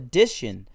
Edition